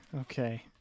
Okay